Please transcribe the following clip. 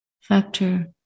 factor